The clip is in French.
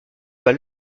pas